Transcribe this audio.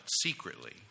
secretly